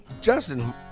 Justin